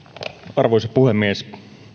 arvoisa puhemies